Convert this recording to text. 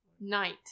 Night